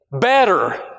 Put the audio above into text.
better